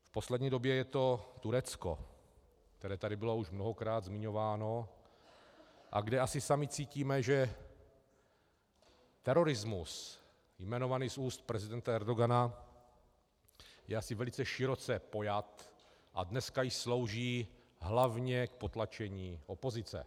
V poslední době je to Turecko, které tady bylo už mnohokrát zmiňováno a kde asi sami cítíme, že terorismus jmenovaný z úst prezidenta Erdogana je asi velice široce pojat a dneska již slouží hlavně k potlačení opozice.